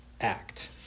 act